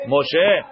Moshe